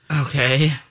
Okay